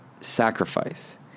sacrifice